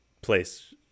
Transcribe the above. place